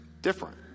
different